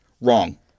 Wrong